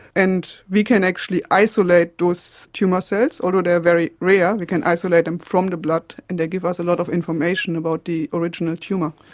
and we can actually isolate those tumour cells, although they are very rare, we can isolate them from the blood and they give us a lot of information about the original tumour.